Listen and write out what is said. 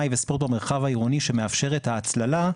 וספורט במרחב העירוני שמאפשר את ההצלחה,